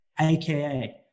AKA